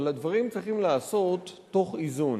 אבל הדברים צריכים להיעשות תוך איזון.